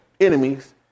enemies